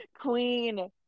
Queen